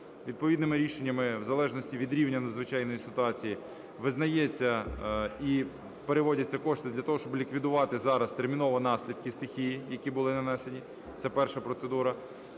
Відповідними рішеннями, в залежності від рівня надзвичайної ситуації визнається і переводяться кошти для того, щоб ліквідувати зараз терміново наслідки стихії, які були нанесені. Це перша процедура.